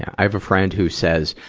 i have a friend who says,